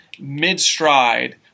mid-stride